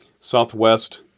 Southwest